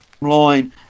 line